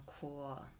cool